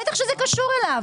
בטח זה קשור אליו.